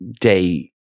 day